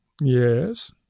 Yes